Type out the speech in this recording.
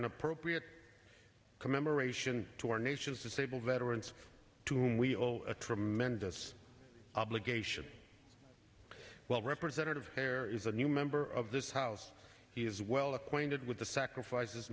an appropriate commemoration to our nation's disabled veterans to whom we owe a tremendous obligation well representative hair is a new member of this house he is well acquainted with the sacrifices